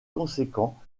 conséquents